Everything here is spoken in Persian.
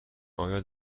آیا